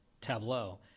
Tableau